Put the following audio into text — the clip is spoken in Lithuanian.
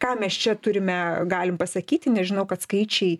ką mes čia turime galim pasakyti nežinau kad skaičiai